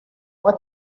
why